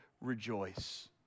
Rejoice